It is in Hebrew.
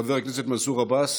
חבר הכנסת מנסור עבאס,